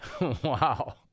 Wow